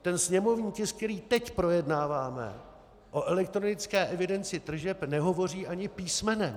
Ten sněmovní tisk, který teď projednáváme, o elektronické evidenci tržeb nehovoří ani písmenem.